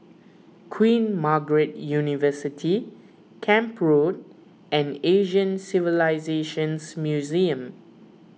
Queen Margaret University Camp Road and Asian Civilisations Museum